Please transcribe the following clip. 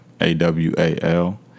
A-W-A-L